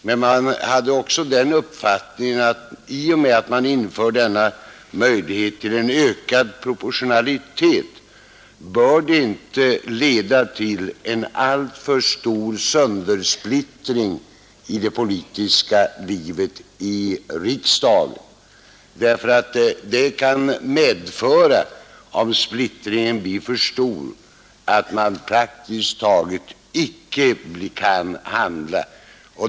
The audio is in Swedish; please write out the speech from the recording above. Men man hade också den uppfattningen att införandet av denna möjlighet till en ökad proportionalitet inte bör leda till alltför stor söndersplittring av det politiska livet i riksdagen, ty om splittringen blir för stor kan det medföra att man praktiskt taget icke kan handla.